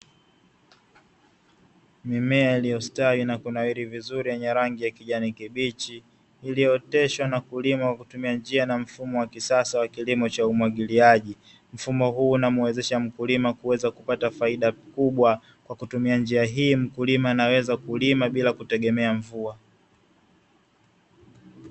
Mimea iliyostawi na kunawiri vizuri yenye rangi ya kijani kibichi, iliyooteshwa na kulimwa kwa kutumia njia na mfumo wa kisasa wa kilimo cha umwagiliaji. Mfumo huu unamuwezedha mkulima kuweza kupata faida kubwa, kwa kutumia njia hii mkulima anaweza kulima bila kutegemea mvua.